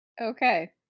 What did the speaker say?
Okay